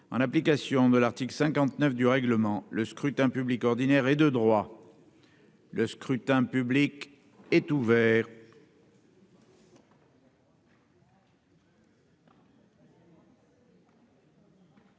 en application de l'article 59 du règlement, le scrutin public ordinaire et de droit, le scrutin public est ouvert.